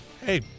Hey